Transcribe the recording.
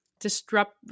disrupt